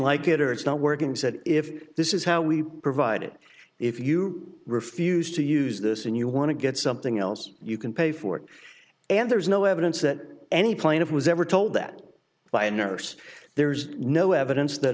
like it or it's not work and said if this is how we provide it if you refuse to use this and you want to get something else you can pay for it and there is no evidence that any plaintiff was ever told that by a nurse there's no evidence that